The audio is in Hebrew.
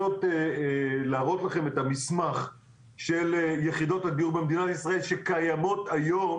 להראות לכם את המסמך של יחידות הדיור במדינת ישראל שקיימות היום,